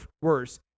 worse